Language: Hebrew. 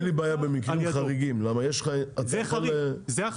לי בעיה במקרים חריגים כי --- זה החריג.